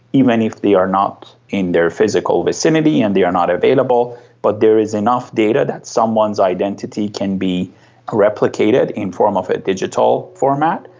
even if they are not in their physical vicinity and they are not available, but there is enough data that someone's identity can be ah replicated in the form of a digital format.